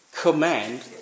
command